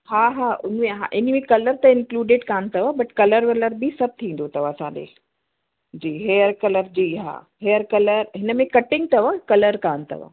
हा हा उन में हा इन्हीअ में कलर त इंक्लूडिड कोन अथव बट कलर वलर बि सभु थींदो अथव असां ॾे जी हेयर कलर जी हा हेयर कलर हिन में कटिंग अथव कलर कान अथव